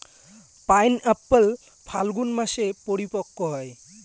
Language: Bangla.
পাইনএপ্পল ফাল্গুন মাসে পরিপক্ব হয়